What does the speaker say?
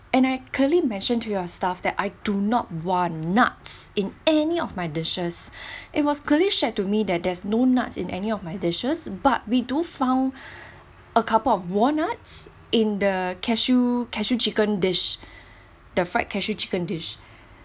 and I clearly mention to your staff that I do not want nuts in any of my dishes it was clearly shared to me that there's no nuts in any of my dishes but we do found a couple of walnuts in the cashew cashew chicken dish the fried cashew chicken dish